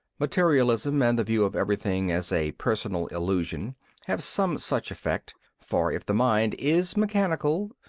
materialism and the view of everything as a personal illusion have some such effect for if the mind is mechanical,